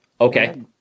Okay